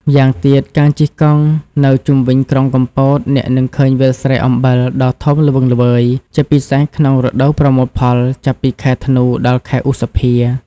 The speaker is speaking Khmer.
ម្យ៉ាងទៀត ការជិះកង់នៅជុំវិញក្រុងកំពត អ្នកនឹងឃើញវាលស្រែអំបិលដ៏ធំល្វឹងល្វើយ ជាពិសេសក្នុងរដូវប្រមូលផល ចាប់ពីខែធ្នូ ដល់ខែឧសភា។